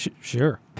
Sure